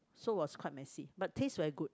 so was quite messy but taste very good